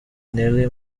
nelly